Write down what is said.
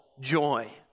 joy